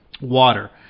Water